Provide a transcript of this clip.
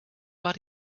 war